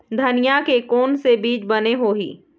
धनिया के कोन से बीज बने होही?